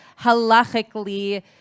halachically